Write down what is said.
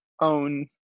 own